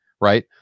right